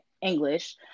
English